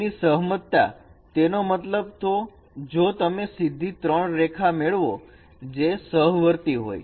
તેમની સહમતતા તેનો મતલબ જો તમે સીધી 3 રેખા મેળવો જે સહવર્તી હોય